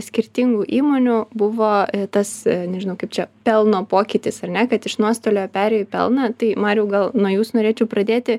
skirtingų įmonių buvo tas nežinau kaip čia pelno pokytis ar ne kad iš nuostolio perėjo į pelną tai mariau gal nuo jūsų norėčiau pradėti